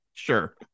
Sure